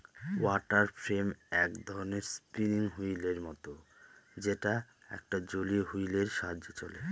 water frame এক ধরনের spinning wheel এর মত যেটা একটা জলীয় হুইল এর সাহায্যে চলে